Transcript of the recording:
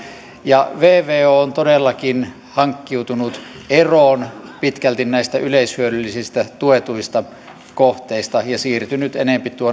ja vvo on todellakin hankkiutunut eroon pitkälti näistä yleishyödyllisistä tuetuista kohteista ja siirtynyt enempi